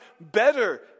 better